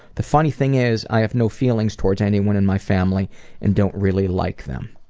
the funny thing is, i have no feelings towards anyone in my family and don't really like them.